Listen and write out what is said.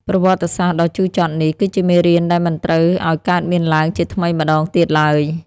ប្រវត្តិសាស្ត្រដ៏ជូរចត់នេះ គឺជាមេរៀនដែលមិនត្រូវឱ្យកើតមានឡើងជាថ្មីម្តងទៀតឡើយ។